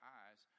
eyes